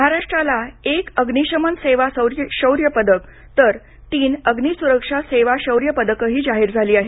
महाराष्ट्राला एक अग्निशमन सेवा शौर्यपदक तर तीन अग्निसुरक्षा सेवा शौर्य पदकही जाहीर झालं आहे